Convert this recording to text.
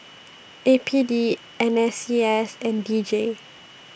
A P D N S C S and D J